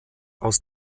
aus